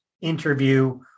interview